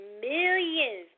millions